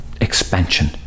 expansion